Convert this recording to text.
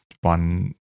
one